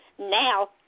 now